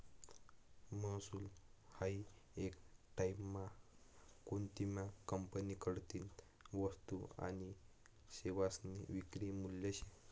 महसूल हायी येक टाईममा कोनतीभी कंपनीकडतीन वस्तू आनी सेवासनी विक्री मूल्य शे